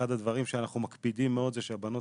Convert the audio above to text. אחד הדברים שאנחנו מקפידים מאוד זה שהבנות